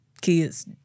kids